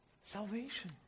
salvation